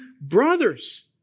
brothers